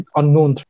unknown